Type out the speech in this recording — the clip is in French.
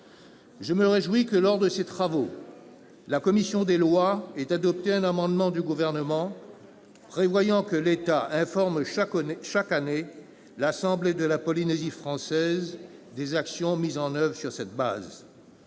Je me réjouis que, lors de ses travaux, la commission des lois ait adopté un amendement du Gouvernement tendant à ce que l'État informe, chaque année, l'assemblée de la Polynésie française des actions mises en oeuvre sur cette base.